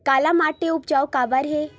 काला माटी उपजाऊ काबर हे?